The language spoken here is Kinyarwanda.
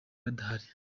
badahari